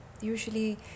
usually